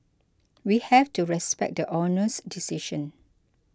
we have to respect the Honour's decision